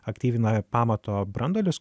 aktyvina pamato branduolius